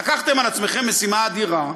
לקחתם על עצמכם משימה אדירה,